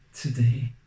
today